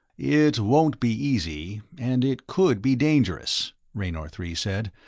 it won't be easy, and it could be dangerous, raynor three said,